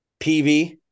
PV